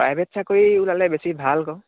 private চাকৰি ওলালে বেছি ভাল আকৌ